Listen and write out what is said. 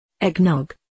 Eggnog